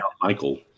michael